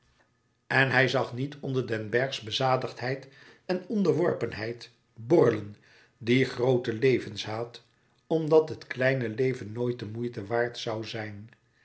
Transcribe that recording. en hij zag niet onder den berghs bezadigdheid en onderworpenheid borrelen dien grooten levenshaat omdat het kleine leven nooit de moeite waard zoû zijn